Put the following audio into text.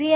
V